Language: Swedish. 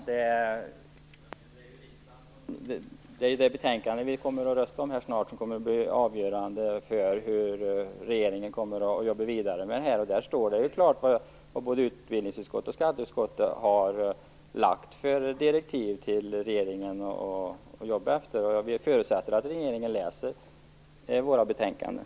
Fru talman! Det är ju det betänkande som vi kommer att rösta om snart som kommer att bli avgörande för hur regeringen kommer att jobba vidare med detta. Där står det klart vad både utbildningsutskottet och skatteutskottet har lagt för direktiv till regeringen att jobba efter. Vi förutsätter att regeringen läser våra betänkanden.